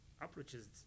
approaches